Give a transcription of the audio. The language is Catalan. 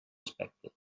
aspecte